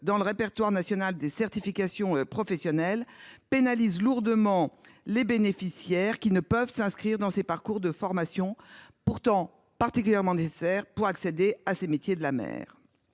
dans le répertoire national des certifications professionnelles (RNCP) pénalise lourdement les potentiels bénéficiaires, qui ne peuvent s’inscrire à ces parcours de formation pourtant particulièrement nécessaires pour accéder à ces métiers de la mer.